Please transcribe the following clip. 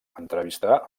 entrevistar